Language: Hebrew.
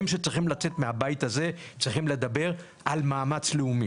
שצריכים לצאת מהבית הזה צריכים לדבר על מאמץ לאומי.